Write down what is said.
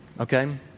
okay